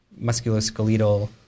musculoskeletal